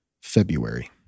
February